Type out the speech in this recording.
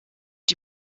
die